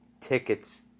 tickets